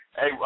Hey